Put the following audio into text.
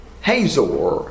Hazor